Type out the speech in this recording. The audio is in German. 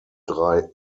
drei